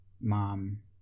mom